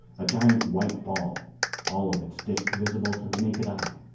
a giant white ball all of its disc visible to the naked eye.